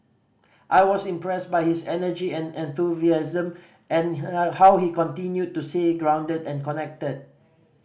I was impressed by his energy and enthusiasm and how he continued to stay grounded and connected